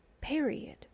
Period